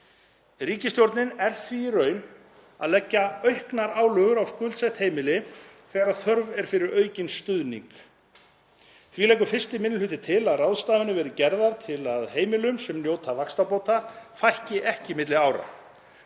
Ríkisstjórnin er því í raun að leggja auknar álögur á skuldsett heimili þegar þörf er fyrir aukinn stuðning. Því leggur 1. minni hluti til að ráðstafanir verði gerðar til að heimilum sem njóta vaxtabóta fækki ekki milli ára.